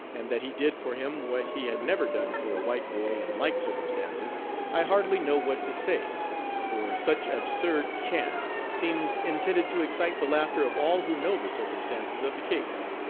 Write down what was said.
and that he did for him what he had never done for a white boy in like circumstances i hardly know what to say for such absurd cant seems intended to excite the laughter of all who know the circumstances of the case.